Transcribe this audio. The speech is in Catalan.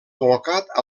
col·locat